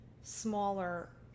smaller